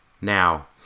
now